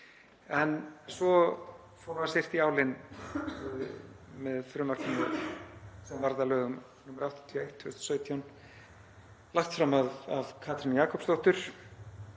En svo fór að syrta í álinn með frumvarpinu sem varð að lögum nr. 81/2017, lagt fram af Katrínu Jakobsdóttur